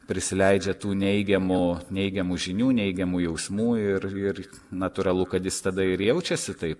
prisileidžia tų neigiamų neigiamų žinių neigiamų jausmų ir ir natūralu kad jis tada ir jaučiasi taip